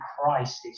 crisis